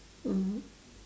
mmhmm